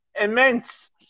immense